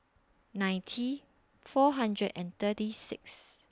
ninety four hundred and thirty six